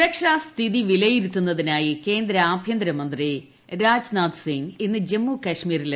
സുരക്ഷാ സ്ഥിതി വിലയിരുത്താനായി കേന്ദ്ര ആഭ്യന്തര മന്ത്രി രാജ്നാഥ് സിംഗ് ഇന്ന് ജമ്മു കശ്മീരിലെത്തും